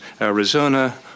Arizona